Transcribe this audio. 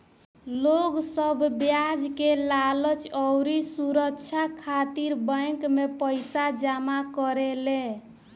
लोग सब ब्याज के लालच अउरी सुरछा खातिर बैंक मे पईसा जमा करेले